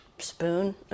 spoon